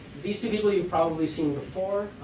these two people you've probably seen before.